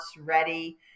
ready